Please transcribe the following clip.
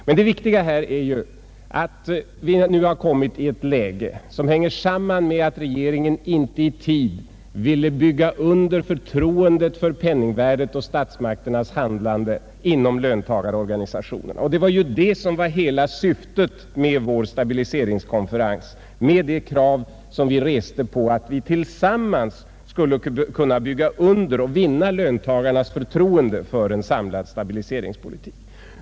Men det viktiga är att vi nu kommit i ett läge, som hänger samman med att regeringen inte i tid velat underbygga förtroendet för penningvärdet och statsmakternas handlande inom löntagarorganisationerna. Det var detta som var hela syftet med vår stabiliseringskonferens, med de krav som vi reste på att vi tillsammans skulle kunna bygga under och vinna löntagarnas förtroende för en samlad stabiliseringspolitik.